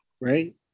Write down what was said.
right